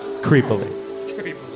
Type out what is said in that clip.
creepily